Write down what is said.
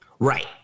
Right